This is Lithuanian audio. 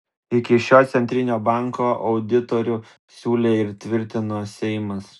iki šiol centrinio banko auditorių siūlė ir tvirtino seimas